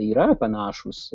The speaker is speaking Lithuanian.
yra panašūs